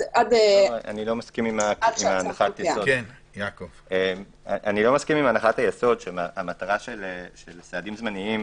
אני לא מסכים עם הנחת היסוד שהמטרה של סעדים זמניים,